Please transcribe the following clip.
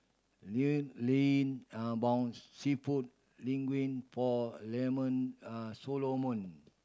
Llewellyn bought Seafood Linguine for Lemon Solomon